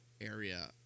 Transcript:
area